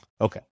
Okay